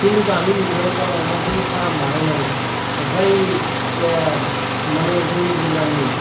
खिन्थु दानि मुगायाव दाव अमाफोरनि फार्म बानायनानै आमफ्राय जे माने जोंनि जिल्लानि